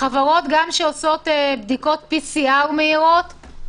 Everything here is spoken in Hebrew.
אלה חברות שגם עושות בדיקות PCR מהירות,